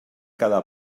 cada